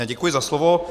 Děkuji za slovo.